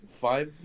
five